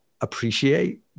appreciate